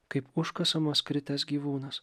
kaip užkasamas kritęs gyvūnas